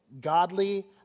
godly